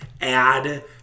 add